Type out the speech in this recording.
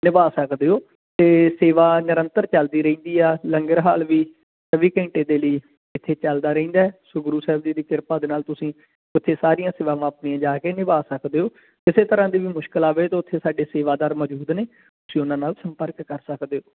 ਨਿਭਾ ਸਕਦੇ ਹੋ ਅਤੇ ਸੇਵਾ ਨਿਰੰਤਰ ਚੱਲਦੀ ਰਹਿੰਦੀ ਆ ਲੰਗਰ ਹਾਲ ਵੀ ਚੌਵੀ ਘੰਟੇ ਦੇ ਲਈ ਇੱਥੇ ਚੱਲਦਾ ਰਹਿੰਦਾ ਸੋ ਗੁਰੂ ਸਾਹਿਬ ਜੀ ਦੀ ਕਿਰਪਾ ਦੇ ਨਾਲ ਤੁਸੀਂ ਉੱਥੇ ਸਾਰੀਆਂ ਸੇਵਾਵਾਂ ਆਪਣੀਆਂ ਜਾ ਕੇ ਨਿਭਾ ਸਕਦੇ ਹੋ ਕਿਸੇ ਤਰ੍ਹਾਂ ਦੀ ਵੀ ਮੁਸ਼ਕਿਲ ਆਵੇ ਤਾਂ ਉੱਥੇ ਸਾਡੇ ਸੇਵਾਦਾਰ ਮੌਜੂਦ ਨੇ ਤੁਸੀਂ ਉਹਨਾਂ ਨਾਲ ਸੰਪਰਕ ਕਰ ਸਕਦੇ ਹੋ